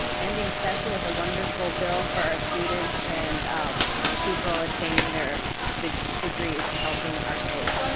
and in session with a wonderful bill for our students and people obtaining their degrees and helping our state.